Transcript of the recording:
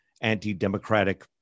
anti-democratic